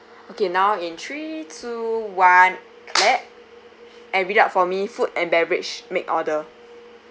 okay now in three two one clap and read out for me food and beverage make order